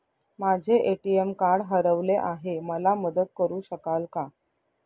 माझे ATM card हरवले आहे, मला मदत करु शकाल का?